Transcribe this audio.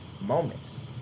moments